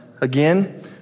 Again